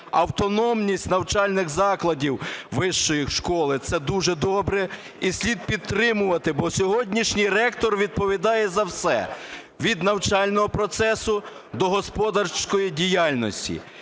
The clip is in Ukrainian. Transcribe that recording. Автономність навчальних закладів вищої школи – це дуже добре, і слід підтримувати. Бо сьогоднішній ректор відповідає за все – від навчального процесу до господарської діяльності.